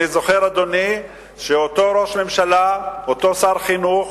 אני זוכר, אדוני, שאותו ראש ממשלה, אותו שר חינוך,